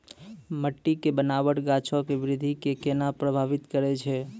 मट्टी के बनावट गाछो के वृद्धि के केना प्रभावित करै छै?